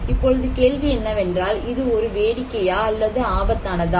இப்பொழுது கேள்வி என்னவென்றால் இது ஒரு வேடிக்கையா அல்லது ஆபத்தானதா